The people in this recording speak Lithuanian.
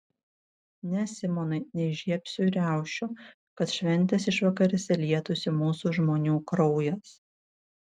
ne simonai neįžiebsiu riaušių kad šventės išvakarėse lietųsi mūsų žmonių kraujas